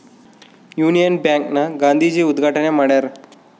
Union bank ನ ಗಾಂಧೀಜಿ ಉದ್ಗಾಟಣೆ ಮಾಡ್ಯರ